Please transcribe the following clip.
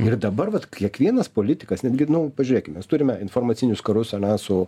ir dabar vat kiekvienas politikas netgi nu pažiūrėkim mes turime informacinius karus ane su